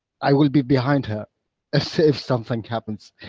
i will be behind her ah so if something happens.